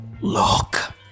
Look